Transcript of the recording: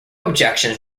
objections